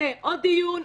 זה עוד דיון,